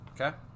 Okay